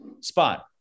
spot